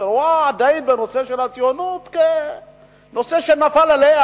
שרואה עדיין את נושא הציונות כנושא שנפל עליה,